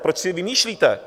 Proč si vymýšlíte?